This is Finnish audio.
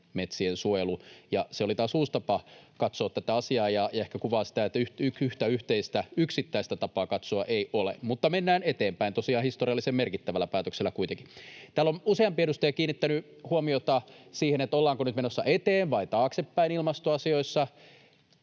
metsien suojelu”, ja se oli taas uusi tapa katsoa tätä asiaa, ja se ehkä kuvaa sitä, että yhtä yksittäistä tapaa katsoa ei ole. Mutta mennään eteenpäin tosiaan historiallisen merkittävällä päätöksellä kuitenkin. Täällä on useampi edustaja kiinnittänyt huomiota siihen, ollaanko nyt menossa eteen- vai taaksepäin ilmastoasioissa.